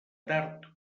tard